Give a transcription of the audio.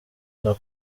nta